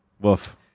woof